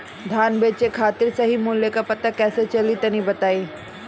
धान बेचे खातिर सही मूल्य का पता कैसे चली तनी बताई?